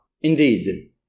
Indeed